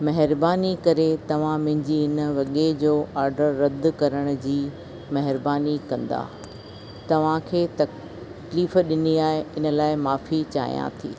महिरबानी करे तव्हां मुंहिंजी इन वॻे जो ऑडर रद्द करण जी महिरबानी कंदा तव्हांखे तकलीफ़ ॾिनी आहे इन लाइ माफ़ी चाहियां थी